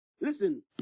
Listen